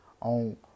on